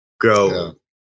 go